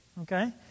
Okay